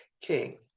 King